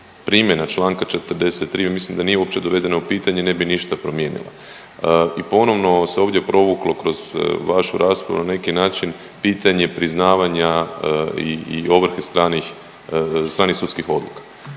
primjena članka 43. ja mislim da nije uopće dovedena u pitanje ne bi ništa promijenila. I ponovno se ovdje provuklo kroz vašu raspravu na neki način pitanje priznavanja i ovrhe stranih sudskih odluka.